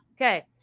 Okay